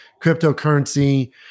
cryptocurrency